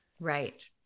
Right